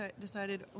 decided